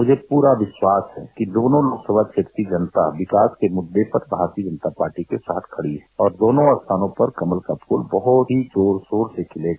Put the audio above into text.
मुझे पूरा विश्वास है कि दोनों लोकसभा क्षेत्र की जनता विकास के मद्दों पर भारतीय जनता पार्टी के साथ खड़ी है और दोनों स्थानों पर कमल का फूल बहुत ही जोर शोर से खिलेगा